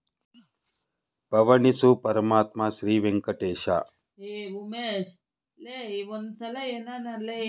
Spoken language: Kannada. ಬಿದಿರು ಒಂದು ಹವಾಮಾನ ಬದ್ಲಾವಣೆ ತಗ್ಗಿಸುವಿಕೆ ಮತ್ತು ಇಂಗಾಲದ ಸೀಕ್ವೆಸ್ಟ್ರೇಶನ್ ಬೆಳೆ ಆಗೈತೆ